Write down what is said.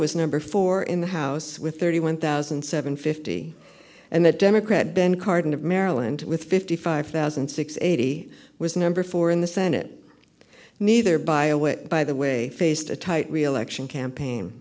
was number four in the house with thirty one thousand seven fifty and the democrat ben cardin of maryland with fifty five thousand and six eighty was number four in the senate neither by a way by the way faced a tight reelection campaign